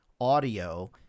audio